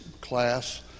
class